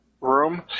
room